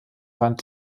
rand